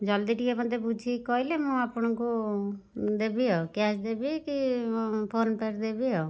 ଜଲ୍ଦି ଟିକିଏ ମୋତେ ବୁଝିକି କହିଲେ ମୁଁ ଆପଣଙ୍କୁ ଦେବି ଆଉ କ୍ୟାସ୍ ଦେଵି କି ଫୋନ୍ ପେ'ରେ ଦେବି ଆଉ